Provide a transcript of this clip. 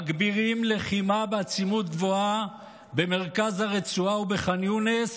מגבירים לחימה בעצימות גבוהה במרכז הרצועה ובח'אן יונס,